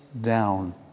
down